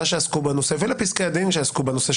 שעסקו בנושא ולפסקי הדין שעסקו בנושא,